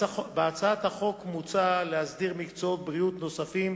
בהצעת החוק מוצע להסדיר מקצועות בריאות נוספים,